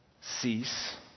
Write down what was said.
cease